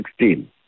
2016